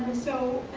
so